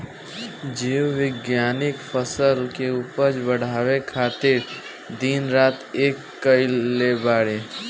जीव विज्ञानिक फसल के उपज बढ़ावे खातिर दिन रात एक कईले बाड़े